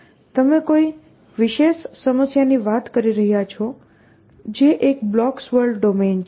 તમે કોઈ વિશેષ સમસ્યાની વાત કરી રહ્યા છો જે એક બ્લોક્સ વર્લ્ડ ડોમેન છે